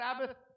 Sabbath